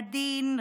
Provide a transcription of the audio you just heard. עדין,